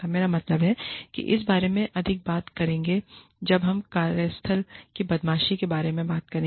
मेरा मतलब है कि हम इस बारे में अधिक बात करेंगे जब हम कार्यस्थल की बदमाशी के बारे में बात करेंगे